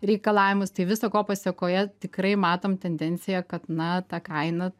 reikalavimus tai visa ko pasekoje tikrai matom tendenciją kad na ta kaina